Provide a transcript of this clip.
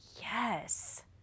yes